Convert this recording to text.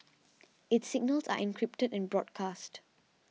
its signals are encrypted and broadcast